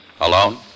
Alone